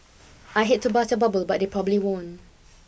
I hate to burst your bubble but they probably won't